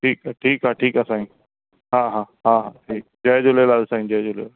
ठीकु आहे ठीकु आहे ठीकु आहे साईं हा हा हा ठीकु आहे जय झूलेलाल साईं जय झूलेलाल